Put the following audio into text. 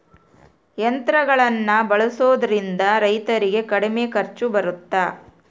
ಯಂತ್ರಗಳನ್ನ ಬಳಸೊದ್ರಿಂದ ರೈತರಿಗೆ ಕಡಿಮೆ ಖರ್ಚು ಬರುತ್ತಾ?